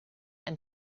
and